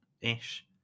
ish